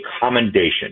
commendation